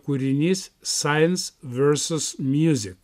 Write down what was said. kūrinys saijenc versus miūzik